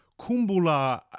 Kumbula